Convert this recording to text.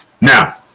Now